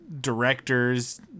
directors